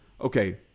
Okay